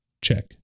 Check